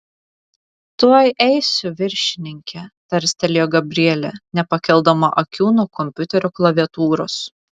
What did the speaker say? tuoj eisiu viršininke tarstelėjo gabrielė nepakeldama akių nuo kompiuterio klaviatūros